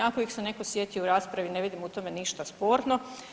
Ako ih se netko sjetio u raspravi ne vidim u tome ništa sporno.